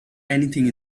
anything